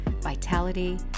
vitality